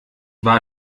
war